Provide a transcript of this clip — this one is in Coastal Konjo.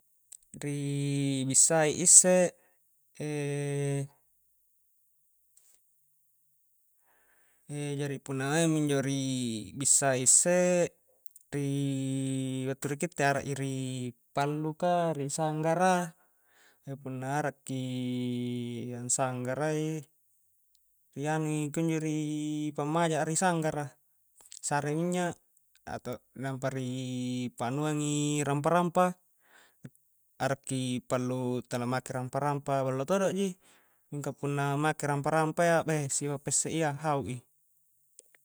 Rii bissai isse jari punna maing mi injo ri bissai isse rii battu ri gitte arak i ri pallu ka ri sanggara, e punna arakkii yang sanggara i, ri anui kunjo ri pammaja'a ri sanggara, sare minnya' atau nampa rii pangnganuang i rampa-rampa, arakki pallu tala make rampa-rampa ballo todo ji mingka punna make rampa-rampayya beihh sipa' pa isse iya hau'i.